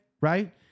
right